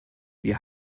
wir